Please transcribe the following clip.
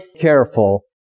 careful